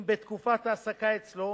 אם בתקופת ההעסקה אצלו